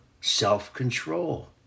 self-control